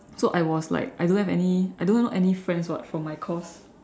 so I was like I don't have any I don't know any friends [what] from my course